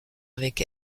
avec